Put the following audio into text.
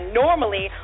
normally